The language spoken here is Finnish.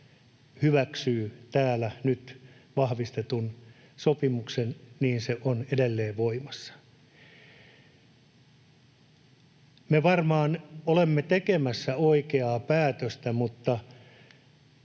hyväksyy täällä nyt vahvistetun sopimuksen, niin se on edelleen voimassa. Me varmaan olemme tekemässä oikeaa päätöstä, mutta